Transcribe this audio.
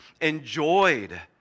enjoyed